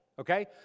okay